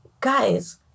guys